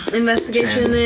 investigation